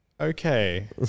okay